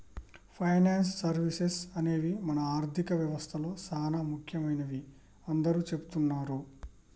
finance services అనేవి మన ఆర్థిక వ్యవస్తలో చానా ముఖ్యమైనవని అందరూ చెబుతున్నరు